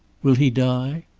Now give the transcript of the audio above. will he die?